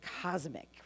cosmic